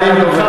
אנא מכם.